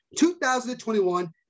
2021